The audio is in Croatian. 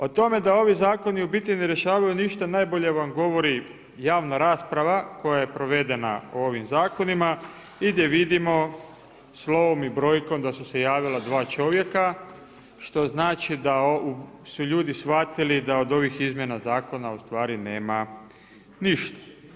O tome da ovi zakoni u biti ne rješavaju ništa najbolje vam govori javna rasprava koja je provedena o ovim zakonima i gdje vidimo slovom i brojkom da su se javila dva čovjeka, što znači da su ljudi shvatili da od ovih izmjena zakona ustvari nema ništa.